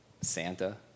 Santa